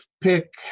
pick